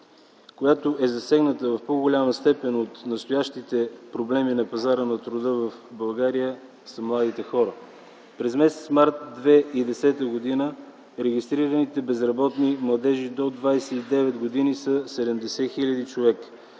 която е засегната в по-голяма степен от настоящите проблеми на пазара на труда в България, са младите хора. През м. март 2010 г. регистрираните безработни младежи до 29 години са 70 000 човека.